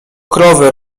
krowy